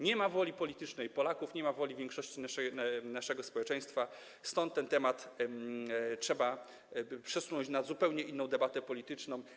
Nie ma woli politycznej Polaków, nie ma woli większości naszego społeczeństwa, stąd ten temat trzeba przesunąć na zupełnie inną debatę polityczną.